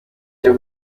cyo